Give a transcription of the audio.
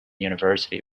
university